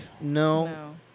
No